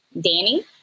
Danny